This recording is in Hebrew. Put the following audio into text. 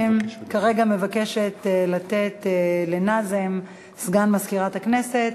הודעה לנאזם, סגן מזכירת הכנסת.